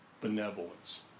benevolence